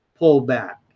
pullback